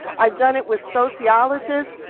i've done it with sociologists.